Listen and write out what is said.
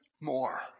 more